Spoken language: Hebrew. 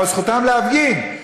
אבל זכותם להפגין.